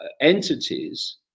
entities